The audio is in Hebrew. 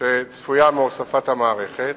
שצפויה מהוספת המערכת.